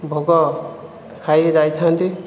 ଭୋଗ ଖାଇ ଯାଇଥାନ୍ତି